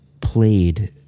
played